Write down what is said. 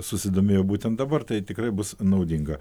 susidomėjo būtent dabar tai tikrai bus naudinga